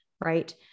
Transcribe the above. right